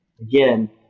again